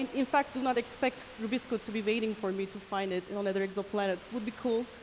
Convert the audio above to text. in in fact, do not expect rubisco to be waiting for me to find it and on another exoplanet. would be cool,